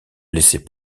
laissait